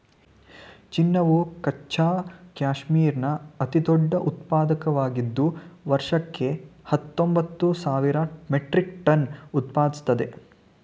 ಚೀನಾವು ಕಚ್ಚಾ ಕ್ಯಾಶ್ಮೀರ್ನ ಅತಿದೊಡ್ಡ ಉತ್ಪಾದಕವಾಗಿದ್ದು ವರ್ಷಕ್ಕೆ ಹತ್ತೊಂಬತ್ತು ಸಾವಿರ ಮೆಟ್ರಿಕ್ ಟನ್ ಉತ್ಪಾದಿಸ್ತದೆ